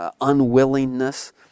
unwillingness